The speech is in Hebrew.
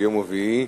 ביום רביעי,